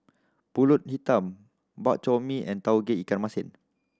Pulut Hitam Bak Chor Mee and Tauge Ikan Masin